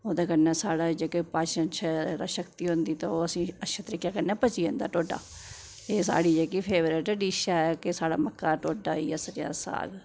ओह्दे कन्नै साढ़ै जेह्ड़ा पाचन शक्ति होंदी ओह् तां अच्छे तरीके कन्नै पची जंदा टोडा ते एह् साढ़ी जेह्की फेवरेट डिश ऐ मक्का टोडा ते सरेयां दा साग